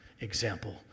example